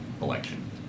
election